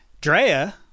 Drea